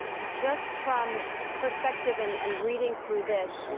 just from perspective and and reading through this,